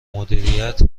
مدیریت